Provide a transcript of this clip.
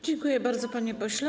Dziękuję bardzo, panie pośle.